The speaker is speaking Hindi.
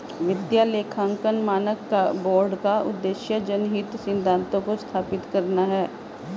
वित्तीय लेखांकन मानक बोर्ड का उद्देश्य जनहित सिद्धांतों को स्थापित करना है